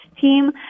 team